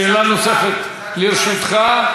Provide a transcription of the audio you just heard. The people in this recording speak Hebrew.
שאלה נוספת לרשותך,